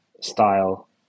style